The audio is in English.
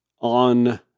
on